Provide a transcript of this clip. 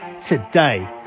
today